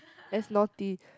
as naughty